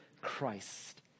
Christ